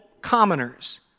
commoners